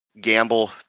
gamble